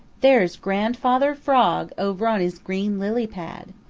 there's grandfather frog over on his green lily pad.